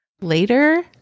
later